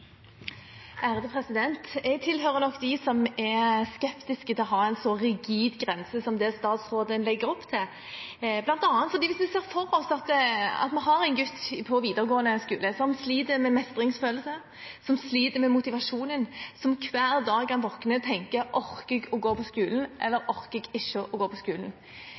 til å ha en så rigid grense som det statsråden legger opp til. Hvis vi ser for oss at det er en gutt på videregående skole som sliter med mestringsfølelse, som sliter med motivasjonen, og som hver dag han våkner, tenker: Orker jeg å gå på skolen, eller orker jeg ikke å gå på skolen